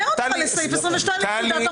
בסדר.